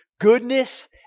Goodness